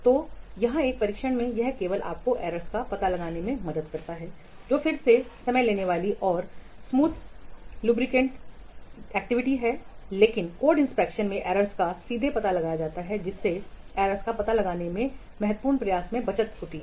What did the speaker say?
तो यहाँ क्या परीक्षण में यह केवल आपको एरर्स का पता लगाने में मदद करता है जो फिर से समय लेने वाली और स्मूथ वाली गतिविधि है लेकिन कोड इंस्पेक्शन में एरर्स का सीधे पता लगाया जाता है जिससे एरर्स का पता लगाने के लिए महत्वपूर्ण प्रयास की बचत होती है